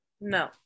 No